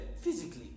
physically